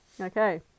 Okay